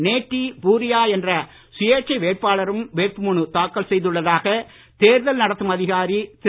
நேட்டி பூரியா என்ற சுயேட்சை வேட்பாளரும் வேட்புமனு தாக்கல் செய்துள்ளதாக தேர்தல் நடத்தும் அதிகாரி திரு